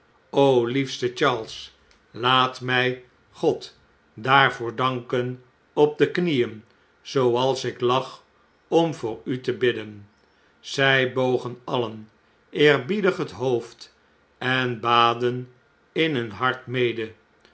liefste charles laat my god daarvoor danken op de knieen zooals ik lag om voor ute bidden zij bogen alien eerbiedig het hoofd en baden in hun hart mede